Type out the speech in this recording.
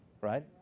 right